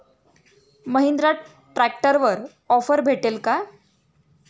महिंद्रा ट्रॅक्टरवर ऑफर भेटेल का?